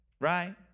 right